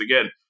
again